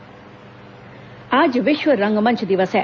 विश्व रंगमंच दिवस आज विश्व रंगमंच दिवस है